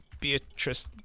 beatrice